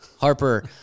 Harper